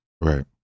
right